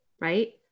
Right